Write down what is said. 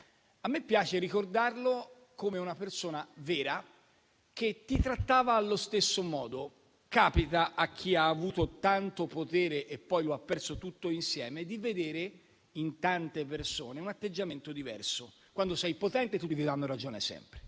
A me piace ricordarlo come una persona vera che ti trattava allo stesso modo. Capita a chi ha avuto tanto potere e poi lo ha perso tutto insieme di vedere in tante persone un atteggiamento diverso; quando sei potente, tutti ti danno ragione sempre;